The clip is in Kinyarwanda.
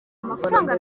amafaranga